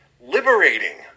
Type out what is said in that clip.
liberating